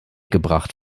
gebracht